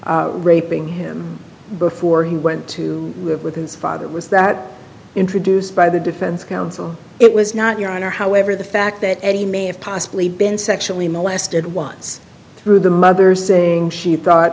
raping him before he went to live with his father was that introduced by the defense counsel it was not your honor however the fact that he may have possibly been sexually molested once through the mother saying she thought